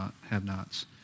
have-nots